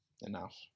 Enough